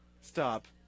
Stop